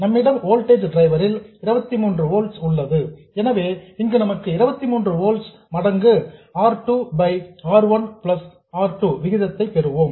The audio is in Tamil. நம்மிடம் வோல்டேஜ் டிவைடர் ல் 23 ஓல்ட்ஸ் உள்ளது எனவே இங்கே நமக்கு 23 ஓல்ட்ஸ் மடங்கு R 2 by R 1 plus R 2 விகிதத்தை பெறுவோம்